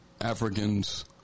Africans